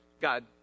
God